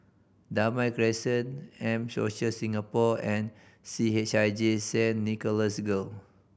Damai Crescent M Social Singapore and C H I J Saint Nicholas Girl